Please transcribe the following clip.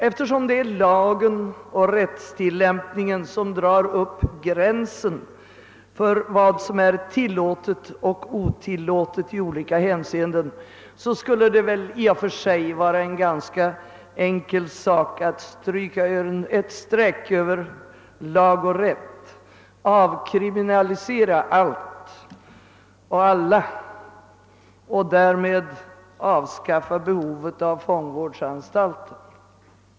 Eftersom det är lagen och rättstilllämpningen som drar upp gränsen för vad som är tillåtet och otillåtet i olika hänseenden skulle det i och för sig vara en ganska enkel sak att stryka ett streck över lag och rätt, att avkriminalisera allt och alla och därmed avskaffa behovet av fångvårdsanstalter.